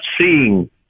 seeing